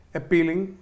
appealing